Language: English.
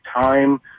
time